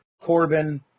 Corbin